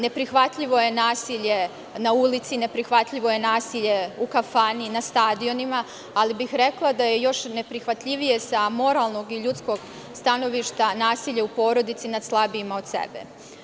Neprihvatljivo je nasilje na ulici, neprihvatljivo je nasilje u kafani, na stadionima, ali bih rekla da je još neprihvatljivije sa moralnog i ljudskog stanovišta nasilje u porodici nad slabijima od sebe.